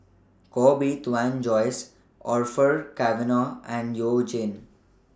Koh Bee Tuan Joyce Orfeur Cavenagh and YOU Jin